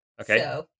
Okay